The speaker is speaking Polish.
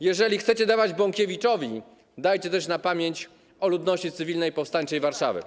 Jeżeli chcecie dawać Bąkiewiczowi, dajcie też na pamięć o ludności cywilnej powstańczej Warszawy.